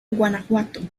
guanajuato